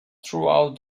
throughout